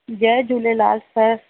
Jay Jhulelal sir